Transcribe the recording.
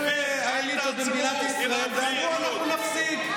הגיעו כל האליטות במדינת ישראל ואמרו: אנחנו נפסיק,